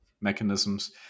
mechanisms